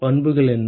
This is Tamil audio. பண்புகள் என்ன